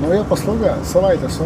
nauja paslauga savaitė su